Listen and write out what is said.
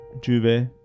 Juve